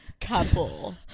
couple